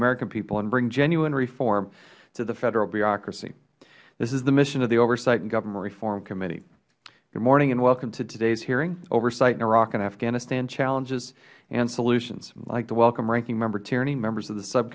american people and bring genuine reform to the federal bureaucracy this is the mission of the oversight and government reform committee good morning and welcome to todays hearing oversight in iraq and afghanistan challenges and solutions i would like to welcome ranking member tierney and members of the